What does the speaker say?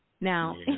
Now